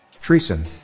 Treason